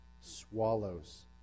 swallows